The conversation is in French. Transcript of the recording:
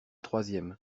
troisième